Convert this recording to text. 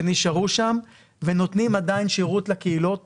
שנשארו שם ונותנים עדיין שירות לקהילות